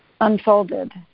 unfolded